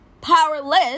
powerless